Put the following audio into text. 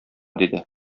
диде